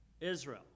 Israel